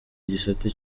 igisata